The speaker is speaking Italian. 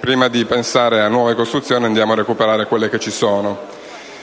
prima di pensare a nuove costruzioni, andiamo a recuperare quelle esistenti.